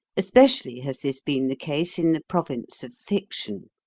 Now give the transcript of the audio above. especially has this been the case in the province of fiction.